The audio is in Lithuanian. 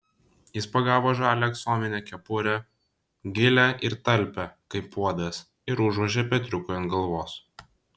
jis pagavo žalią aksominę kepurę gilią ir talpią kaip puodas ir užvožė petriukui ant galvos